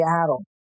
Seattle